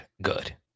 good